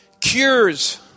cures